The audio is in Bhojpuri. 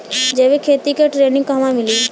जैविक खेती के ट्रेनिग कहवा मिली?